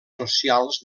socials